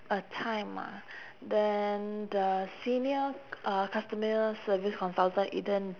a time ah then the senior uh customer service consultant eden